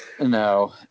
no